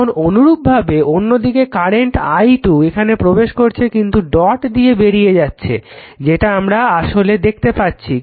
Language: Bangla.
এখন অনুরূপভাবে অন্যদিকে কারেন্ট i 2 এখানে প্রবেশ করছে কিন্তু ডট দিয়ে বেরিয়ে যাচ্ছে যেটা আমরা আসলে দেখতে পাচ্ছি